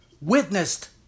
witnessed